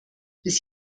bis